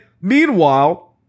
meanwhile